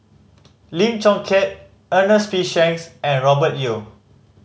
Lim Chong Keat Ernest P Shanks and Robert Yeo